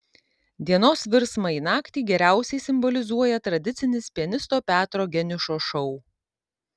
dienos virsmą į naktį geriausiai simbolizuoja tradicinis pianisto petro geniušo šou